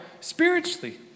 spiritually